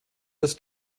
das